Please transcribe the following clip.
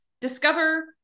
discover